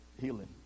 healing